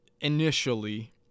initially